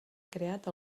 creat